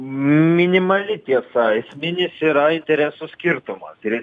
minimali tiesa esminis yra interesų skirtumas ir